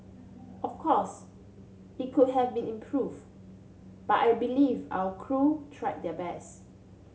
of course it could have been improve but I believe our crew try their best